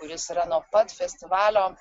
kuris yra nuo pat festivalio